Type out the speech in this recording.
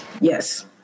Yes